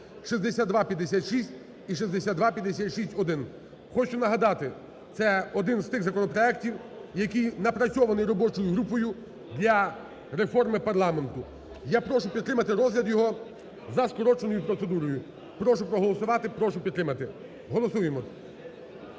(6256) і (6256-1). Хочу нагадати, це один з тих законопроектів, який напрацьований робочою групою для реформи парламенту, і я прошу підтримати розгляд його за скороченою процедурою. Прошу проголосувати, прошу підтримати. Голосуємо.